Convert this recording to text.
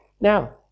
Now